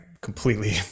completely